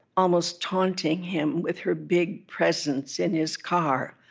almost taunting him with her big presence in his car,